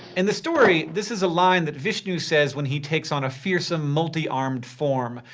in the story, this is a line that vishnu says when he takes on a fearsome, multi-armed form.